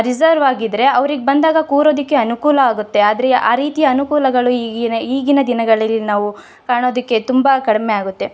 reserve ಆಗಿದ್ದರೆ ಅವ್ರಿಗೆ ಬಂದಾಗ ಕೂರೋದಕ್ಕೆ ಅನುಕೂಲ ಆಗುತ್ತೆ ಆದರೆ ಆ ರೀತಿಯ ಅನುಕೂಲಗಳು ಈಗಿನ ಈಗಿನ ದಿನಗಳಲ್ಲಿ ನಾವು ಕಾಣೋದಕ್ಕೆ ತುಂಬ ಕಡಿಮೆ ಆಗುತ್ತೆ